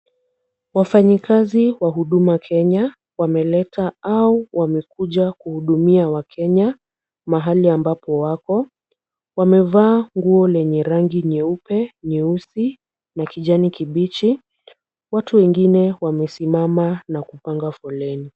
Wafanyikazi wa huduma Kenya wameleta au wamekuja kuhudumia wakenya mahali ambapo wako. Wamevaa nguo lenye rangi nyeupe, nyeusi na kijani kibichi. Watu wengine wamesimama na kupanga foleni.